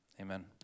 amen